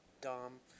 Dumb